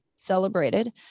celebrated